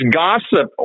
gossip